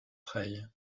rey